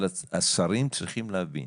השרים צריכים להבין